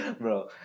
Bro